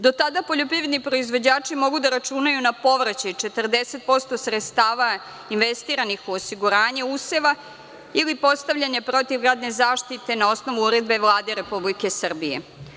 Do tada poljoprivredni proizvođači mogu da računaju na povraćaj 40% sredstava investiranih u osiguranje useva ili postavljanje protivgradne zaštite na osnovu uredbe Vlade Republike Srbije.